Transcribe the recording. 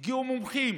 הגיעו מומחים,